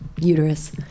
uterus